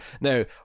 Now